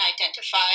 identify